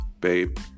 babe